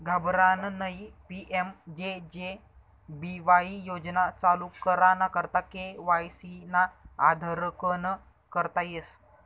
घाबरानं नयी PMJJBY योजना चालू कराना करता के.वाय.सी ना आधारकन करता येस